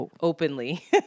Openly